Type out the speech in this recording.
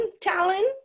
Talon